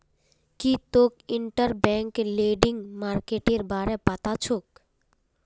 की तोक interbank lending मार्केटेर बारे पता छोक